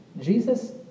Jesus